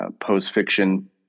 post-fiction